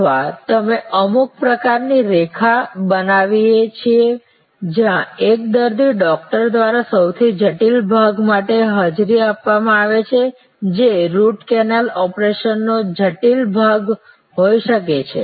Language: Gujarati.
અથવા અમે અમુક પ્રકારની પ્રક્રિયા રેખા બનાવીએ છીએ જ્યાં એક દર્દીને ડૉક્ટર દ્વારા સૌથી જટિલ ભાગ માટે હાજરી આપવામાં આવે છે જે રુટ કેનાલ ઓપરેશનનો જટિલ ભાગ હોઈ શકે છે